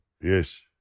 Yes